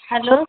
hello